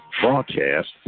Broadcast